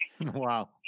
Wow